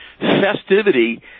festivity